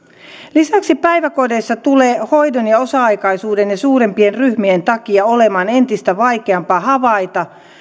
lisäksi päiväkodeissa tulee hoidon ja osa aikaisuuden ja suurempien ryhmien takia olemaan entistä vaikeampaa havaita